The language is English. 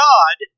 God